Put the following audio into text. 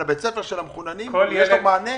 לבית הספר של המחוננים ויש לו מענה?